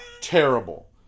terrible